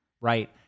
right